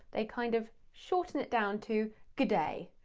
they kind of shorten it down to g'day.